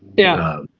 yeah.